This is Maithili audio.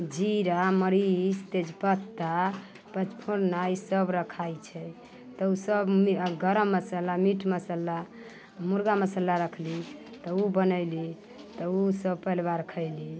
जीरा मरीच तेजपत्ता पँचफोरना ईसभ रखाइ छै तऽ ओ सभ आ गरम मसाला मीट मसाला मुर्गा मसाला रखली तऽ ओ बनयली तऽ ओ सभ परिवार खयली